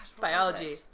biology